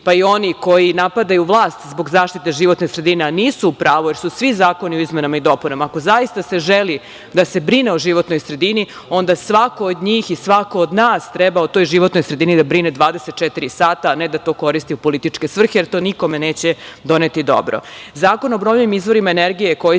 pa i oni koji napadaju vlast zbog zaštite životne sredine, a nisu u pravu, jer su svi zakoni o izmenama i dopunama, ako zaista se želi da se brine o životnoj sredini, onda svako od njih i svako od nas treba o toj životnoj sredini da brine 24 sata, a ne da to koriste u političke svrhe, jer to nikome neće doneti dobro. Zakon